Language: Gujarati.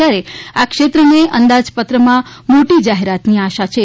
ત્યારે આ ક્ષેત્રને અંદાજપત્રમાં મોટી જાહેરાતની આશા છે